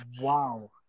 wow